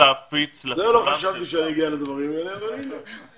לא חשבתי שאני אגיע לדברים האלה, אבל הנה.